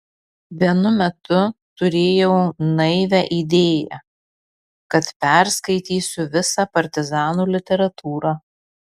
vienu metu turėjau naivią idėją kad perskaitysiu visą partizanų literatūrą